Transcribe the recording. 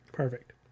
Perfect